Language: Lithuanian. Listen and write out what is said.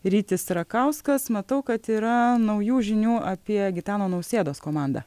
rytis rakauskas matau kad yra naujų žinių apie gitano nausėdos komandą